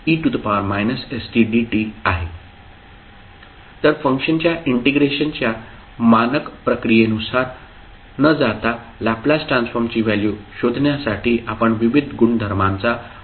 तर फंक्शनच्या इंटिग्रेशनच्या मानक प्रक्रियेनुसार नजाता लॅपलास ट्रान्सफॉर्मची व्हॅल्यू शोधण्यासाठी आपण विविध गुणधर्मांचा वापर करू